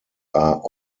are